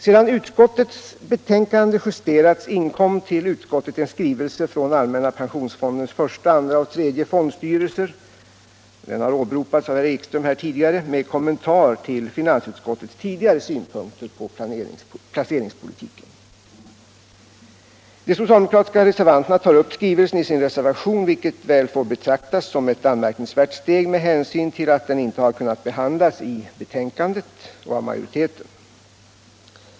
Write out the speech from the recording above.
Sedan utskottets betänkande justerats inkom till utskottet en skrivelse från allmänna pensionsfondens första, andra och tredje fondstyrelser — den har åberopats av herr Ekström tidigare - med en kommentar till finansutskottets tidigare synpunkter på placeringspolitiken. De socialdemokratiska reservanterna tar upp skrivelsen i sin reservation, vilket väl får betraktas som ett anmärkningsvärt steg med hänsyn till att skrivelsen inte kunnat behandlas i betänkandet och av majoriteten.